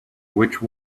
which